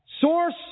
source